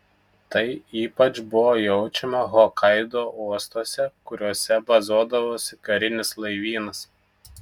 tai ypač buvo jaučiama hokaido uostuose kuriuose bazuodavosi karinis laivynas